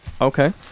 Okay